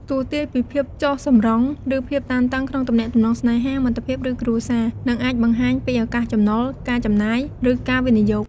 ទស្សន៍ទាយពីភាពចុះសម្រុង ឬភាពតានតឹងក្នុងទំនាក់ទំនងស្នេហា មិត្តភាព ឬគ្រួសារ និងអាចបង្ហាញពីឱកាសចំណូល ការចំណាយ ឬការវិនិយោគ។